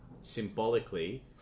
symbolically